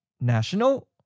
National